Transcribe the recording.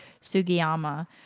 Sugiyama